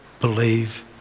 believe